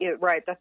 right